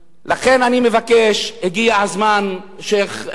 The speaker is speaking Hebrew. לכן אני מבקש, הגיע הזמן, השיח' מואפק,